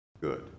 Good